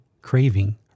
craving